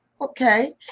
okay